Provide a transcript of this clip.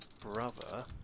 brother